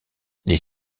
les